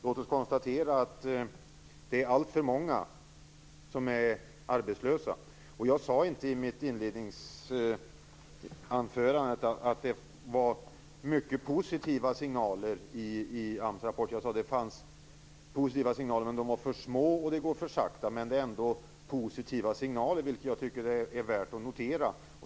Låt oss konstatera att det är alltför många som är arbetslösa. Jag sade inte i mitt inledningsanförande att det finns mycket positiva signaler i AMS rapport. Jag sade att det finns positiva signaler, men att de är för få och att det dessutom går för sakta. Men det är ändå positiva signaler, vilket jag tycker är värt att notera.